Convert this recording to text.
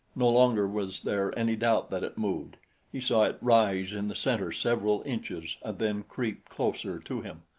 no longer was there any doubt that it moved he saw it rise in the center several inches and then creep closer to him.